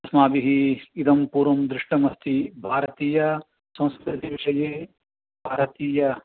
अस्माभिः इदं पूर्वं दृष्टमस्ति भारतीयसंस्कृतिविषये भारतीय